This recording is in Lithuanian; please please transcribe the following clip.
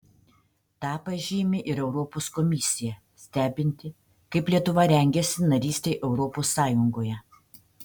tą pažymi ir europos komisija stebinti kaip lietuva rengiasi narystei europos sąjungoje